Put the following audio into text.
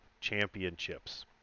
championships